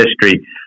history